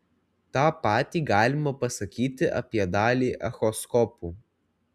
tą patį galima pasakyti apie dalį echoskopų